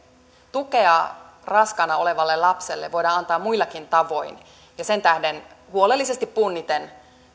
tukea raskaana olevalle lapselle voidaan antaa muillakin tavoin ja sen tähden huolellisesti punniten